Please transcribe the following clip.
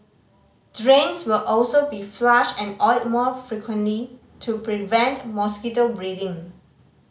drains will also be flushed and oiled more frequently to prevent mosquito breeding